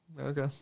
Okay